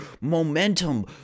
momentum